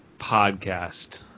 podcast